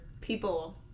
people